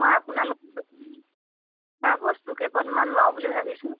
মই আপোনালোকৰ দোকানৰ পৰা বস্তু কেইপদমান লওঁ বুলি ভাবিছোঁ